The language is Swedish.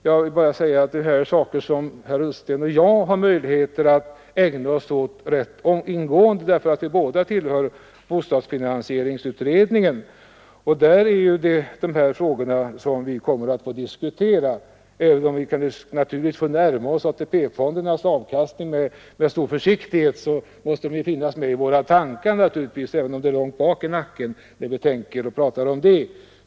Jag vill bara säga att det här är saker som herr Ullsten och jag har möjligheter att ägna oss åt rätt ingående, eftersom vi båda tillhör bostadsfinansieringsutredningen. Där kommer vi att få diskutera de här frågorna. Vi måste naturligtvis närma oss ATP-fondernas avkastning med stor försiktighet, men frågan måste finnas med i våra tankar, även om den kommer att ligga rätt långt bak i nacken.